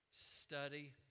Study